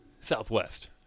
Southwest